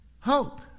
hope